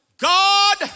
God